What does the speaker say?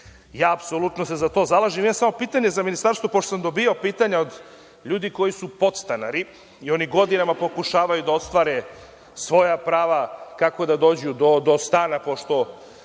se apsolutno za to zalažem. Imam samo pitanje za Ministarstvo, pošto sam dobijao pitanja od ljudi koji su podstanari i oni godinama pokušavaju da ostvare svoja prava kako da dođu do stana, pošto